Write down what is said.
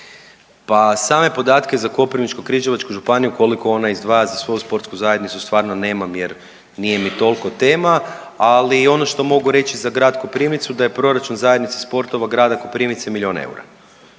Pa same podatke za Koprivničko-križevačku županiju koliko ona izdvaja za svoju sportsku zajednicu stvarno nemam jer nije mi toliko tema, ali ono što mogu reći za grad Koprivnicu da je proračun zajednice sportova grada Koprivnice milion eura.